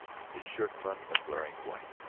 his shirt-front a glaring white,